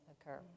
occur